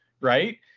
right